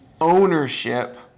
ownership